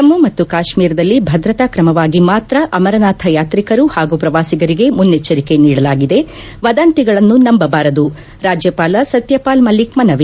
ಜಮ್ನ ಮತ್ನು ಕಾಶ್ನೀರದಲ್ಲಿ ಭದ್ರತಾ ತ್ರಮವಾಗಿ ಮಾತ್ರ ಅಮರನಾಥ ಯಾತ್ರಿಕರು ಹಾಗೂ ಪ್ರವಾಸಿಗರಿಗೆ ಮುನೈಚ್ನರಿಕೆ ನೀಡಲಾಗಿದೆ ವದಂತಿಗಳನ್ನು ನಂಬಬಾರದು ರಾಜ್ಯಪಾಲ ಸತ್ತಪಾಲ್ ಮಲ್ಲಿಕ್ ಮನವಿ